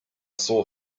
saw